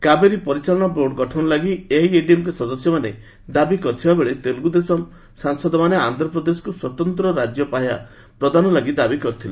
କାବେରୀ ପରିଚାଳନା ବୋର୍ଡ଼ ଗଠନ ଲାଗି ଏଆଇଏଡିଏମ୍କେ ସଦସ୍ୟମାନେ ଦାବି କରିଥିବାବେଳେ ତେଲଗୁଦେଶମ୍ ସାଂସଦମାନେ ଆନ୍ଧ୍ରପ୍ରଦେଶକୁ ସ୍ୱତନ୍ତ ରାଜ୍ୟ ପାହ୍ୟା ପ୍ରଦାନ ଲାଗି ଦାବି କରିଥିଲେ